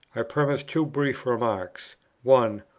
i premise two brief remarks one.